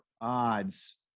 odds